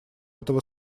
этого